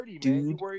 dude